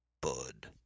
Bud